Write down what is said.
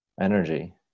energy